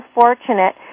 fortunate